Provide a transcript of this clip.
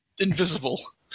invisible